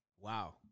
Wow